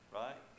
right